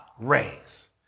race